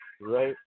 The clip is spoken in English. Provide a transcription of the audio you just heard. right